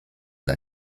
dla